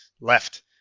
left